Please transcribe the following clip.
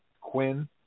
Quinn